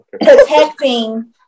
Protecting